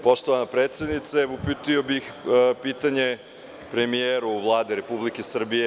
Poštovana predsednice, uputio bih pitanje premijeru Vlade Republike Srbije.